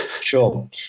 Sure